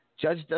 Judge